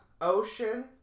ocean